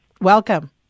Welcome